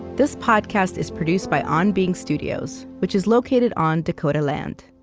this podcast is produced by on being studios, which is located on dakota land.